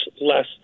less